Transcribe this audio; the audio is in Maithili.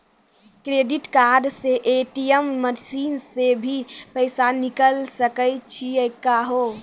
क्रेडिट कार्ड से ए.टी.एम मसीन से भी पैसा निकल सकै छि का हो?